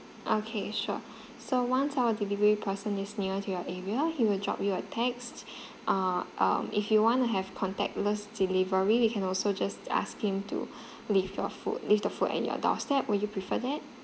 okay sure so once our delivery person is near to your area he will drop you a text uh um if you want to have contactless delivery we can also just ask him to leave your food leave the food at your doorstep will you prefer that